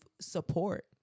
support